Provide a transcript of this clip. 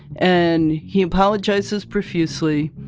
and he apologizes profusely,